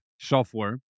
Software